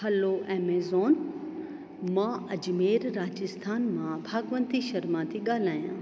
hello Amazon मां अजमेर राजस्थान मां भगवंती शर्मा थी ॻाल्हायां